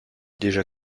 déjà